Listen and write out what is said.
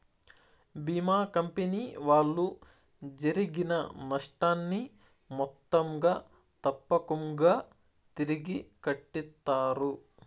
భీమా company వాళ్ళు జరిగిన నష్టాన్ని మొత్తంగా తప్పకుంగా తిరిగి కట్టిత్తారు